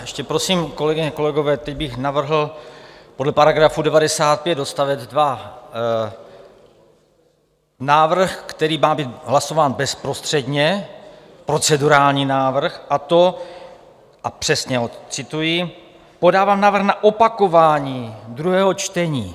Ještě prosím, kolegyně, kolegové, teď bych navrhl podle § 95 odst. 2 návrh, který má být hlasován bezprostředně, procedurální návrh, a to a přesně ho odcituji podávám návrh na opakování druhého čtení.